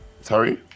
sorry